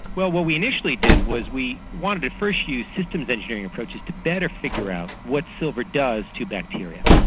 well, what we initially did was we wanted to first use systems engineering approaches to better figure out what silver does to bacteria,